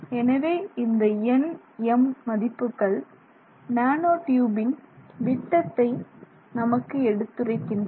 எனவே இந்த nm மதிப்புகள் நேனோ ட்யூபின் விட்டத்தை நமக்கு எடுத்துரைக்கின்றன